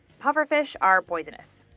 pufferfish are poisonous.